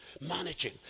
Managing